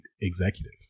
executive